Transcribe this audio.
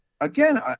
Again